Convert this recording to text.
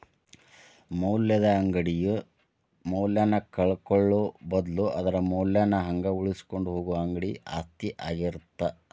ಮೌಲ್ಯದ ಅಂಗಡಿಯು ಮೌಲ್ಯನ ಕಳ್ಕೊಳ್ಳೋ ಬದ್ಲು ಅದರ ಮೌಲ್ಯನ ಹಂಗ ಉಳಿಸಿಕೊಂಡ ಹೋಗುದ ಅಂಗಡಿ ಆಸ್ತಿ ಆಗಿರತ್ತ